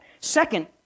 Second